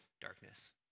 darkness